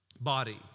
body